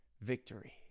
victory